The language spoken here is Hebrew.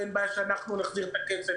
אין בעיה שאנחנו נחזיר את הכסף,